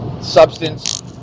substance